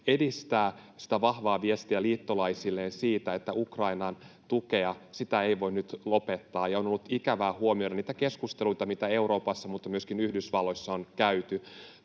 sitä vahvaa viestiä, että Ukrainan tukea ei voi nyt lopettaa. On ollut ikävää huomioida niitä keskusteluita, mitä Euroopassa mutta myöskin Yhdysvalloissa on käyty.